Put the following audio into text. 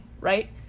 right